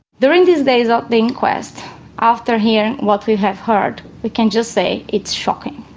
during these days of the inquest after hearing what we have heard we can just say it's shocking.